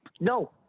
No